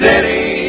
City